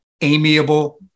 amiable